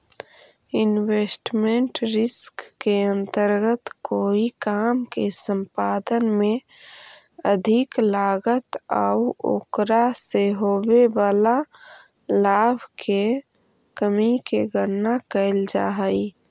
investment risk के अंतर्गत कोई काम के संपादन में अधिक लागत आउ ओकरा से होवे वाला लाभ के कमी के गणना कैल जा हई